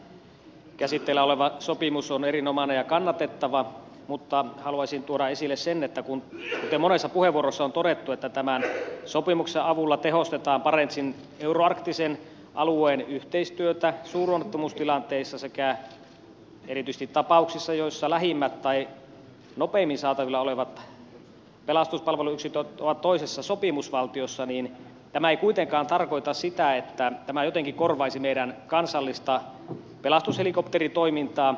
tämä käsitteillä oleva sopimus on erinomainen ja kannatettava mutta haluaisin tuoda esille sen kuten monessa puheenvuorossa on todettu että tämän sopimuksen avulla tehostetaan barentsin euroarktisen alueen yhteistyötä suuronnettomuustilanteissa sekä erityisesti tapauksissa joissa lähimmät tai nopeimmin saatavilla olevat pelastuspalveluyksiköt ovat toisessa sopimusvaltiossa ja tämä ei kuitenkaan tarkoita sitä että tämä jotenkin korvaisi meidän kansallista pelastushelikopteritoimintaamme